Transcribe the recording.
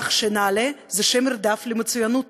בכך שנעל"ה זה שם נרדף למצוינות.